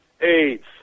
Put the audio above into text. AIDS